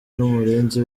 n’umurinzi